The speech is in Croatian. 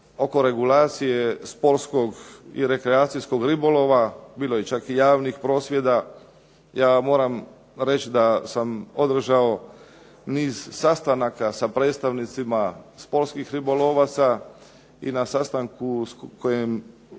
oko regulacije sportskog i rekreacijskog ribolova. Bilo je čak i javnih prosvjeda. Ja vam moram reći da sam održao niz sastanaka sa predstavnicima sportskih ribolovaca i na sastanku koji